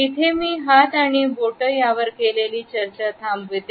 इथे मी मी हात आणि बोटं वर केलेली चर्चा थांबते